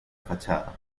fachada